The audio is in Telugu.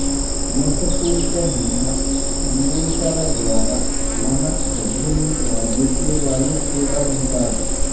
మోసపూరితమైన సందేశాల ద్వారా మన డబ్బుల్ని కాజేసే వాళ్ళు కూడా వుంటరు